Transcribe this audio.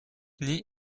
nid